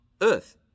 earth